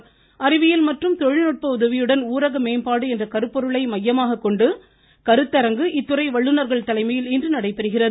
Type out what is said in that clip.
அறிவியல் மற்றும் தொழில்நுட்ப உதவியுடன் ஊரக மேம்பாடு என்ற கருப்பொருளை மையமாகக் கொண்டு கருத்தரங்கு இத்துறை வல்லுநர்கள் தலைமையில் இன்று நடைபெறுகிறது